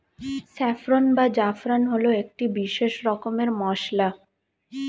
saffron বা জাফরান হল একটি বিশেষ রকমের মশলা